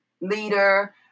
leader